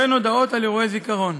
וכן הודעות על אירועי זיכרון.